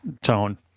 tone